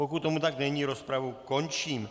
Pokud tomu tak není, rozpravu končím.